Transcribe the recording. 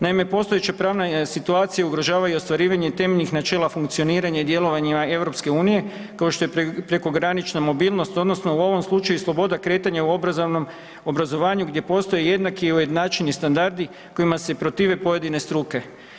Naime, postojeća pravna situacija ugrožava i ostvarivanje temeljnih načela funkcioniranja i djelovanjima EU kao što je prekogranična mobilnost, odnosno u ovom slučaju, sloboda kretanja u obrazovanju gdje postoje jednaki i ujednačeni standardi kojima se protive pojedine struke.